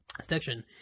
...section